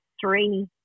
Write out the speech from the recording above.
three